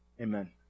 Amen